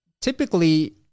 typically